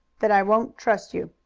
that i won't trust you.